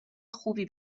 خوبی